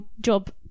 job